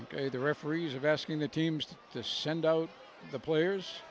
ok the referees of asking the teams to send out the players